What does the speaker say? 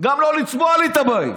גם לא לצבוע לי את הבית.